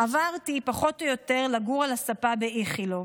עברתי פחות או יותר לגור על הספה באיכילוב.